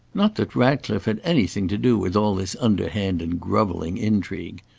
not that ratcliffe had anything to do with all this underhand and grovelling intrigue.